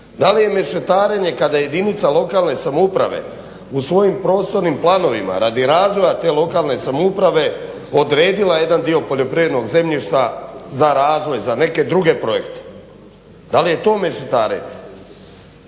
Da li je mešetarenje kada jedinica lokalne samouprave u svojim prostornim planovima radi razvoja te lokalne samouprave odredila jedan dio poljoprivrednog zemljišta za razvoj za neke druge projekte. Da li je to mešetarenje?